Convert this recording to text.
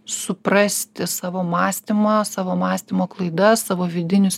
suprasti savo mąstymą savo mąstymo klaidas savo vidinius